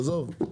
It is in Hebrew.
עזוב.